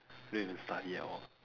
never even study at all